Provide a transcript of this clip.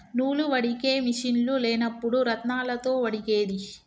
నూలు వడికే మిషిన్లు లేనప్పుడు రాత్నాలతో వడికేది